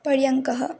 पर्यङ्कः